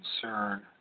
concern